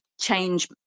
change